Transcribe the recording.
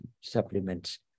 supplements